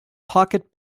pocket